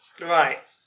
Right